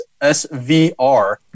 SVR